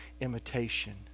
imitation